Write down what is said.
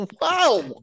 Wow